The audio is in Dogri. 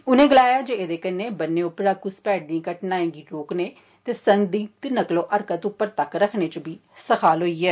उनें गलाया जे एह्दे कन्नै ब'न्ने उप्परां घुसपैठ दिएं घटनाएं गी रोकने ते संदिग्ध नकलोहरत उप्पर तक्क रक्खने इच सखाल होई ऐ